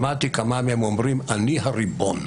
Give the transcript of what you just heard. שמעתי כמה מהם אומרים: אני הריבון,